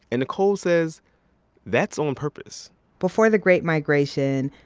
and nikole says that's on purpose before the great migration,